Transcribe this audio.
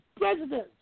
president